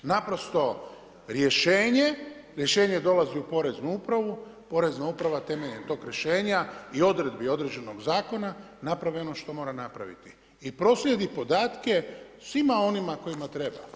Naprosto rješenje, rješenje dolazi u poreznu upravu, porezna uprava temeljem tog rješenja i odredbi određenog zakona napravi ono što mora napraviti i proslijedi podatke svima onima kojima treba.